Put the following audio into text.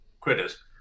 critters